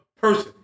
person